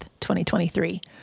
2023